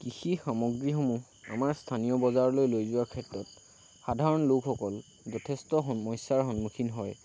কৃষি সামগ্ৰীসমূহ আমাৰ স্থানীয় বজাৰলৈ লৈ যোৱাৰ ক্ষেত্ৰত সাধাৰণ লোকসকল যথেষ্ট সমস্যাৰ সন্মুখীন হয়